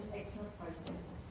excellent process,